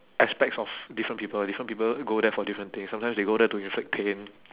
aspects of different people different people go there for different things sometimes they go there to inflict pain